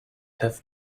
have